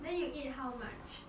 then you eat how much